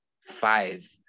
five